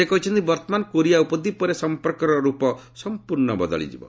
ସେ କହିଛନ୍ତି ବର୍ତ୍ତମାନ କୋରିଆ ଉପଦ୍ୱୀପରେ ସମ୍ପର୍କର ରୂପ ସମ୍ପର୍ଶ୍ଣ ବଦଳି ଯିବ